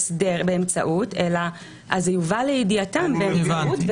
באמצעות אלא יובא לידיעתם באמצעות.